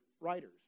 writers